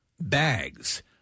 bags